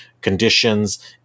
conditions